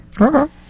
okay